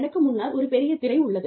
எனக்கு முன்னால் ஒரு பெரிய திரை உள்ளது